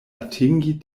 atingi